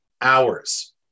hours